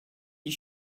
you